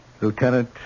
Lieutenant